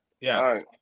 Yes